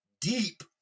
deep